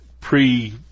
pre